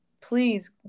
please